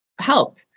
Help